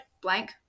blank